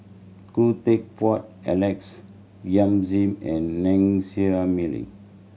Khoo Teck Puat Alex Yam Ziming and Meaning